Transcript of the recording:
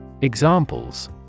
Examples